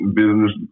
business